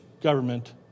government